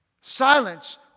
silence